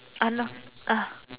ah not ah